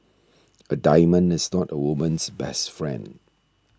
a diamond is not a woman's best friend